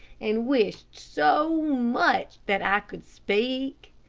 and wished so much that i could speak.